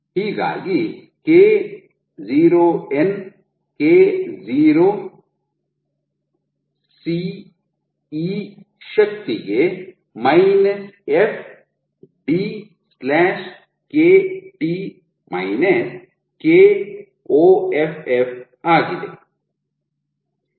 ಹೀಗಾಗಿ Kon K0 C e ಶಕ್ತಿಗೆ fdKt Koff ಆಗಿದೆ